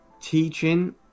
teaching